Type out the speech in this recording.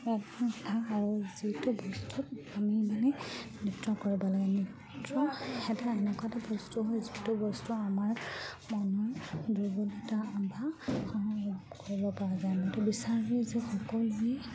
আৰু যিটো বস্তু আমি মানে নৃত্য কৰিব লাগে নৃত্য সেয়া এনেকুৱা এটা বস্তু হয় যিটো বস্তু আমাৰ মনৰ দুৰ্বলতা আশা কৰিব পৰা যায় মইতো বিচাৰি যে সকলোৱে